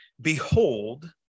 behold